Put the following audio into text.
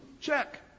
Check